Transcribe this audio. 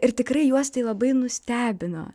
ir tikrai juos tai labai nustebino